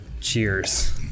Cheers